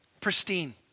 pristine